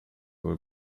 will